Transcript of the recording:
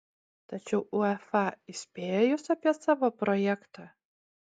tačiau uefa įspėjo jus apie savo projektą